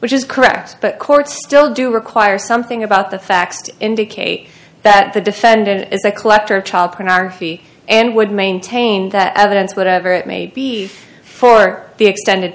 which is correct but courts still do require something about the facts to indicate that the defendant is a collector of child pornography and would maintain that evidence whatever it may be for the extended